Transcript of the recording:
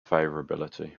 favorability